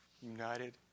united